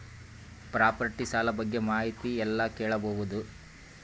Property ಸಾಲ ಬಗ್ಗೆ ಮಾಹಿತಿ ಎಲ್ಲ ಕೇಳಬಹುದು?